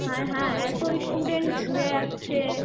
হায় হ্যাঁ এতো স্টুডেন্ট ঘুরে যাচ্ছে